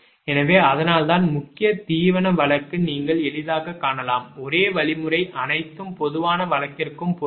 எனவே அதனால்தான் முக்கிய தீவன வழக்கு நீங்கள் எளிதாகக் காணலாம் ஒரே வழிமுறை அனைத்தும் பொதுவான வழக்கிற்கும் பொருந்தும்